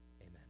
amen